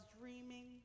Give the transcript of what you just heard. dreaming